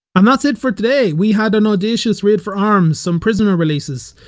um that's it for today! we had an audacious raid for arms, some prisoner releases,